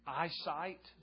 eyesight